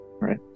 Right